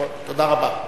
תודה רבה.